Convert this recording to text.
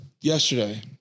Yesterday